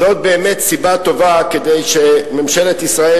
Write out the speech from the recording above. זאת באמת סיבה טובה כדי שממשלת ישראל